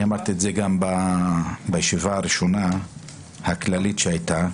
אמרתי את זה גם בישיבה הראשונה הכללית שהייתה.